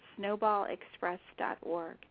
snowballexpress.org